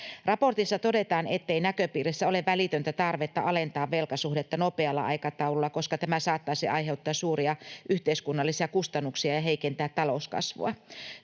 Raportissa todetaan, ettei näköpiirissä ole välitöntä tarvetta alentaa velkasuhdetta nopealla aikataululla, koska tämä saattaisi aiheuttaa suuria yhteiskunnallisia kustannuksia ja heikentää talouskasvua.